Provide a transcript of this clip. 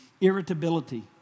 Irritability